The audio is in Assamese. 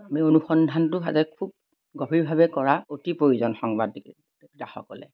আমি অনুসন্ধানটো ভালকৈ খুব গভীৰভাৱে কৰা অতি প্ৰয়োজন সংবাদাতাসকলে